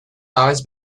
always